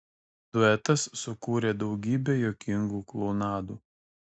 duetas sukūrė daugybę juokingų klounadų